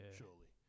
surely